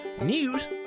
news